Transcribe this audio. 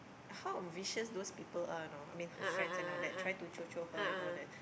how vicious those people are you know I mean her friends and all that try to cocok her and all that